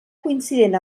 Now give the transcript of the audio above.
coincident